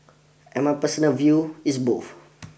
and my personal view is both